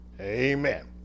Amen